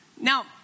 Now